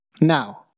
Now